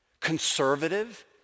conservative